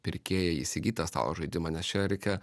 pirkėją įsigyt tą stalo žaidimą nes čia reikia